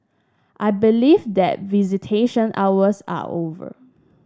I believe that visitation hours are over